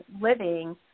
living